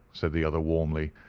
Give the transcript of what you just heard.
said the other, warmly.